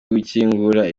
gukingura